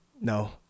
No